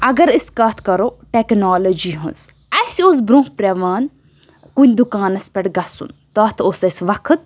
اگر أسۍ کَتھ کَرو ٹیٚکنالجی ہٕنٛز اَسہِ اوس برٛونٛہہ پٮ۪وان کُنہِ دُکانَس پٮ۪ٹھ گژھُن تَتھ اوس اَسہِ وقت